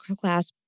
class